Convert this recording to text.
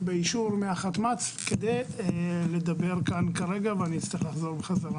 באישור מהחתמ"צ כדי לדבר כאן כרגע ואני אצטרך לחזור בחזרה.